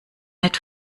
nett